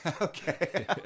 Okay